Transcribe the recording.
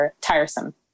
tiresome